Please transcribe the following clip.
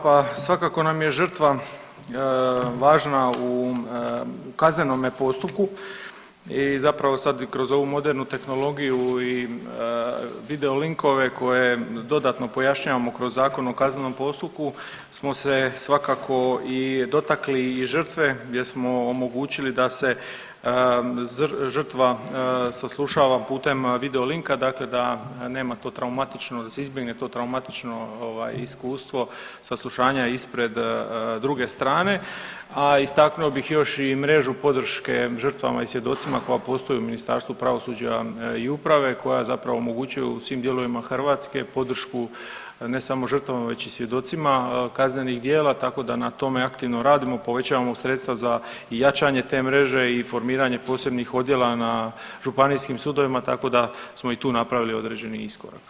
Pa svakako nam je žrtva važna u kaznenome postupku i zapravo sad i kroz ovu modernu tehnologiju i videolinkove koje dodatno pojašnjavamo kroz Zakon o kaznenom postupku smo se svakako i dotakli i žrtve gdje smo omogućili da se žrtva saslušava putem videolinka, dakle da nema to traumatično, da se izbjegne to traumatično iskustvo saslušanja ispred druge strane, a istaknuo bih još i mrežu podrške žrtvama i svjedocima koja postoji u Ministarstvu pravosuđa i uprave koja zapravo omogućuje u svim dijelovima Hrvatske podršku, ne samo žrtvama, već i svjedocima kaznenih djela, tako da na tome aktivno radimo, povećavamo sredstva za jačanje te mreže i formiranje posebnih odjela na županijskim sudovima, tako da smo i tu napravili određeni iskorak.